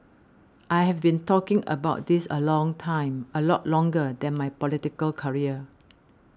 I have been talking about this a long time a lot longer than my political career